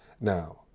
Now